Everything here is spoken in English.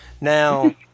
Now